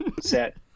set